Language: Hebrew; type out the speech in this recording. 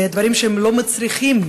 ודברים שלא מצריכים,